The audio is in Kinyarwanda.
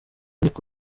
niko